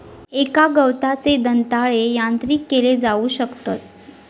एका गवताचे दंताळे यांत्रिक केले जाऊ शकतत